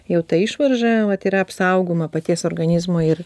jau ta išvarža vat yra apsaugoma paties organizmo ir